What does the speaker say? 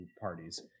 parties